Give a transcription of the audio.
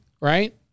Right